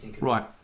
Right